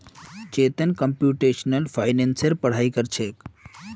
Chetan computational फाइनेंसेर पढ़ाई कर छेक